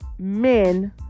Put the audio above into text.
Men